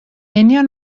union